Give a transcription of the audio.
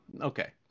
Okay